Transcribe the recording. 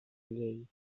llei